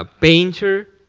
ah painter